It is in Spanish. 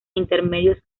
intermedios